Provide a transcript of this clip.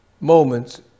Moments